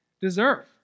deserve